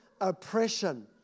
oppression